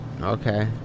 Okay